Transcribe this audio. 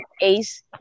Ace